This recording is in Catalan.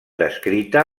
descrita